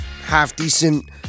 half-decent